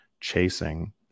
chasing